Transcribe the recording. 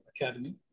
Academy